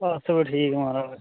अस बी ठीक महाराज